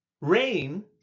Rain